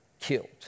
killed